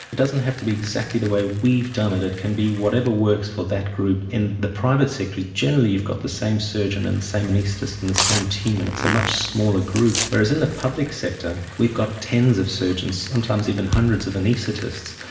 it doesn't have to be exactly the way we've done it, it can be whatever works for that group. in the private sector generally you've got the same surgeon and the same anaesthetist and the same team and it's a much smaller group, whereas in the public sector we've got tens of surgeons, sometimes even hundreds of anaesthetists,